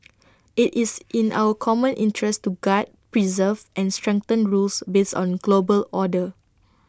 IT is in our common interest to guard preserves and strengthen rules based on global order